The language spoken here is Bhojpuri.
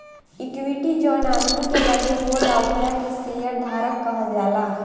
इक्विटी जवन आदमी के लगे होला ओकरा के शेयर धारक कहल जाला